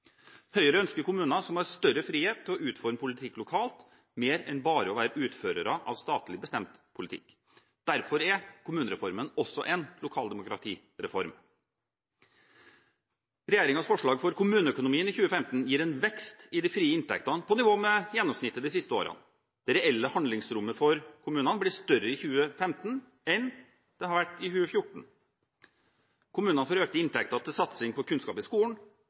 Høyre ønsker kommuner som har større frihet til å utforme politikk lokalt, mer enn bare å være utførere av statlig bestemt politikk. Derfor er kommunereformen også en lokaldemokratireform. Regjeringens forslag for kommuneøkonomien i 2015 gir en vekst i de frie inntektene på nivå med gjennomsnittet de siste årene. Det reelle handlingsrommet for kommunene blir større i 2015 enn det er i 2014. Kommunene får økte inntekter til satsing på kunnskap i skolen,